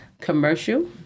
commercial